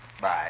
Bye